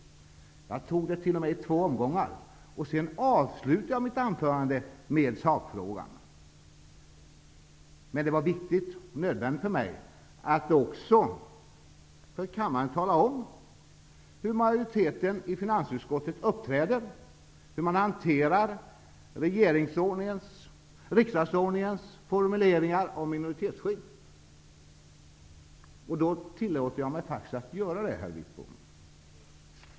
Jag tog upp den t.o.m. i två omgångar. Sedan avslutade jag mitt anförande med sakfrågan. Men det var viktigt och nödvändigt för mig att för kammaren också tala om hur majoriteten i finansutskottet uppträder och hur den hanterar riksdagsordningens formuleringar om minoritetsskydd. Då tillåter jag mig faktiskt att göra detta, herr Wittbom.